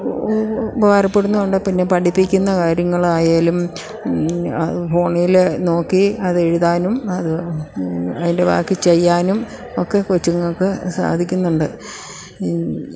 ഉപകാരപ്പെടുന്നും ഉണ്ട് പിന്നെ പഠിപ്പിക്കുന്ന കാര്യങ്ങളായാലും ഫോണിൽ നോക്കി അത് എഴുതാനും അത് അതിൻ്റെ ബാക്കി ചെയ്യാനും ഒക്കെ കൊച്ചുങ്ങൾക്ക് സാധിക്കുന്നുണ്ട്